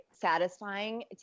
satisfying